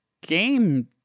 game